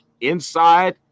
inside